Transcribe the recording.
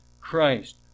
Christ